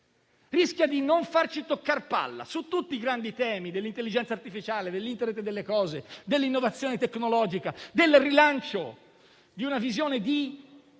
e di non farci toccare palla su tutti i grandi temi dell'intelligenza artificiale, dell'Internet delle cose, dell'innovazione tecnologica, del rilancio di una visione di